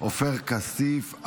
עופר כסיף.